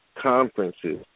conferences